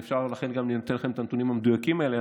ולכן אני גם נותן לכם את הנתונים המדויקים האלה,